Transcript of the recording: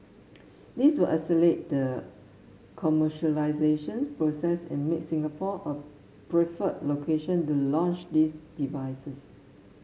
this will accelerate the commercialisation process and make Singapore a preferred location to launch these devices